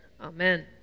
Amen